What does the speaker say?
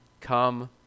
Come